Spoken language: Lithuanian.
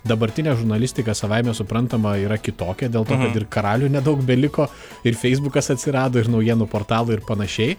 dabartinė žurnalistika savaime suprantama yra kitokia dėl to karalių nedaug beliko ir feisbukas atsirado ir naujienų portalai ir panašiai